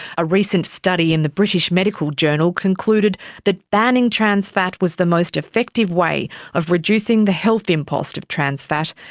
a recent study in the british medical journal concluded that banning trans fat was the most effective way of reducing the health impost of trans fat,